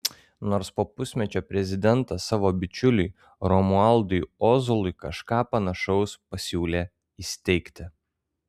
nors po pusmečio prezidentas savo bičiuliui romualdui ozolui kažką panašaus pasiūlė įsteigti